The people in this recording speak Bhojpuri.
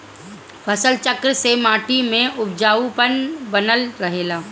फसल चक्र से माटी में उपजाऊपन बनल रहेला